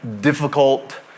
difficult